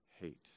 Hate